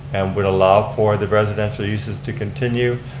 and would allow for the residential uses to continue.